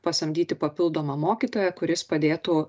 pasamdyti papildomą mokytoją kuris padėtų